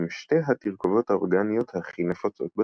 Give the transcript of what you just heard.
הם שתי התרכובות האורגניות הכי נפוצות בטבע.